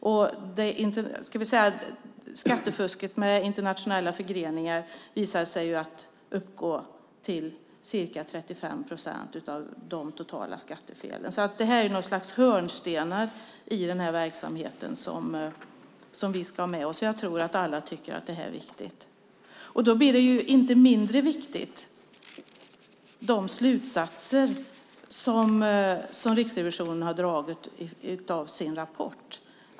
Det har visat sig att skattefusket med internationella förgreningar uppgår till ca 35 procent av de totala skattefelen. Det är något slags hörnstenar i den här verksamheten som vi ska ha med oss. Jag tycker att det är viktigt. Det är inte mindre viktigt med de slutsatser som Riksrevisionen har dragit i sin rapport.